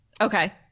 Okay